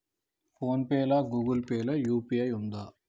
Phone pay లా Google Pay లా UPI ఉంటదా?